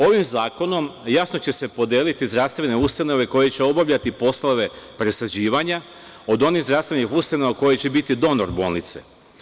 Ovim zakonom jasno će se podeliti zdravstvene ustanove koje će obavljati poslove presađivanja od onih zdravstvenih ustanova koje će biti donor bolnice.